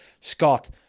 Scott